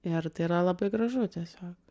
ir tai yra labai gražu tiesiog